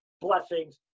blessings